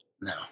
No